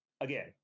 again